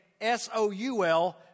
S-O-U-L